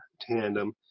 tandem